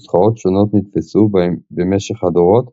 נוסחאות שונות נדפסו במשך הדורות